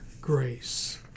grace